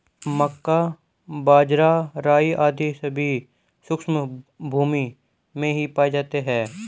मक्का, बाजरा, राई आदि सभी शुष्क भूमी में ही पाए जाते हैं